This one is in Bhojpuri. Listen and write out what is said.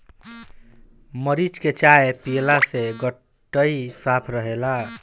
मरीच के चाय पियला से गटई साफ़ रहेला